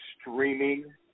streaming